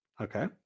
Okay